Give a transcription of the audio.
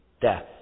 death